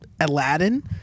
aladdin